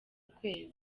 ukwezi